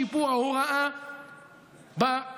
בשיפור ההוראה באוניברסיטאות,